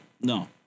No